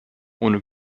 ohne